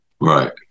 Right